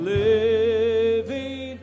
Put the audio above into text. living